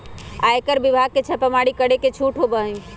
आयकर विभाग के छापेमारी करे के छूट होबा हई